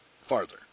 farther